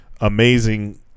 amazing